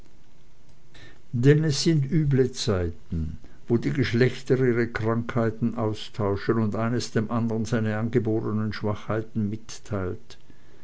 denn es sind üble zeiten wo die geschlechter ihre krankheiten austauschen und eines dem andern seine angeborenen schwachheiten mitteilt